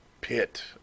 pit